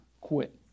quit